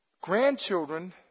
Grandchildren